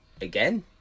again